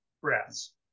breaths